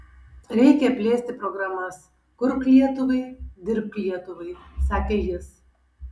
reikia plėsti programas kurk lietuvai dirbk lietuvai sakė jis